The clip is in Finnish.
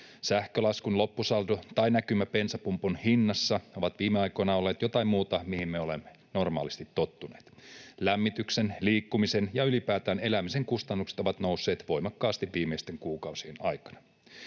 Sähkölaskun loppusaldo tai näkymä bensapumpun hinnassa on viime aikoina ollut jotain muuta kuin mihin me olemme normaalisti tottuneet. Lämmityksen, liikkumisen ja ylipäätään elämisen kustannukset ovat nousseet voimakkaasti viimeisten kuukausien aikana.